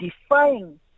defying